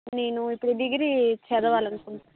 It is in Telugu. నేను ఇప్పుడు డిగ్రీ చదవాలనుకుంటున్నాను